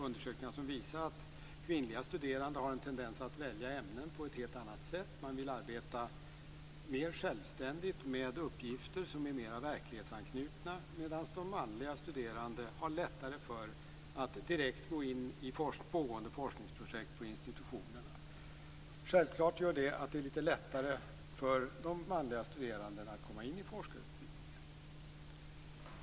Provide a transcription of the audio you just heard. Undersökningar visar att kvinnliga studerande har en tendens att välja ämnen på ett helt annat sätt än manliga. De vill arbeta mer självständigt och med uppgifter som är mer verklighetsanknutna. De manliga studeranden har lättare för att direkt gå in i pågående forskningsprojekt på institutionerna. Självfallet gör detta att det blir litet lättare för manliga studerande att komma in i forskarutbildningen.